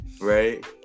right